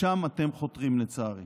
לשם אתם חותרים, לצערי.